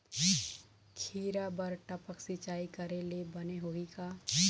खिरा बर टपक सिचाई करे ले बने होही का?